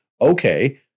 okay